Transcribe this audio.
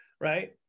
right